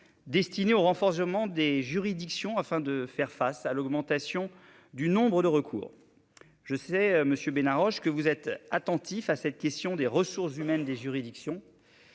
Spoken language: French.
destinés à renforcer les juridictions aux fins de faire face à l'augmentation du nombre de recours. Je sais, monsieur Benarroche, que vous êtes attentif à cette question des ressources humaines des juridictions.